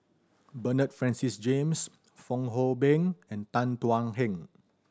Bernard Francis James Fong Hoe Beng and Tan Thuan Heng